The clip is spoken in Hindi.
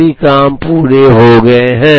सभी काम पूरे हो गए हैं